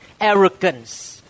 arrogance